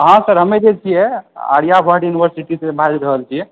हाँ सर हमे जे छियै आर्यभट्ट युनिवर्सिटीसँ बाजि रहल छियै